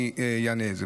אני אענה על זה.